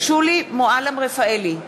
שולי מועלם-רפאלי,